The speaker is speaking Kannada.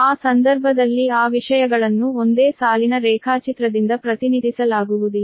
ಆ ಸಂದರ್ಭದಲ್ಲಿ ಆ ವಿಷಯಗಳನ್ನು ಒಂದೇ ಸಾಲಿನ ರೇಖಾಚಿತ್ರದಿಂದ ಪ್ರತಿನಿಧಿಸಲಾಗುವುದಿಲ್ಲ